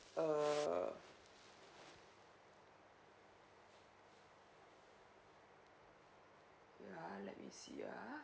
err yeah let me see yeah